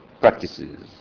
practices